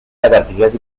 lagartijas